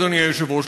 אדוני היושב-ראש,